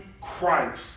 Christ